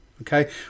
okay